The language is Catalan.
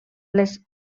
les